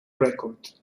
record